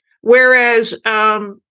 whereas